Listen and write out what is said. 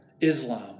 Islam